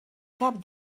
cap